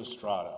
astronomy